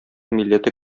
милләте